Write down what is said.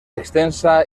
extensa